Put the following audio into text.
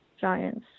giants